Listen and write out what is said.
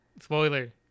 Spoiler